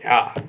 ya